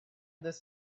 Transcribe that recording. this